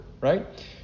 right